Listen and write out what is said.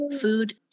food